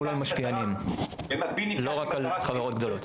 למשפיענים, לא רק לחברות גדולות.